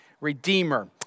redeemer